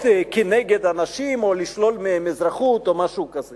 כנגד אנשים או לשלול מהם אזרחות או משהו כזה: